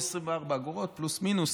עוד 24 אגורות פלוס-מינוס,